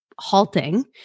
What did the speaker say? halting